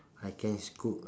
I can scoop uh